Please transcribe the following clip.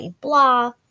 blah